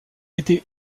été